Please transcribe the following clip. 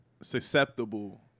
susceptible